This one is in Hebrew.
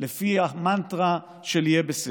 לפי המנטרה של "יהיה בסדר"